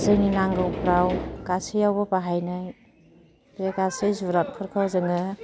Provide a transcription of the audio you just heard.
जोंनि नांगौफ्राव गासैयावबो बाहायनाय बे गासै जुनादफोरखौ जोङो